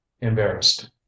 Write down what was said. embarrassed